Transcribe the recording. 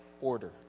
order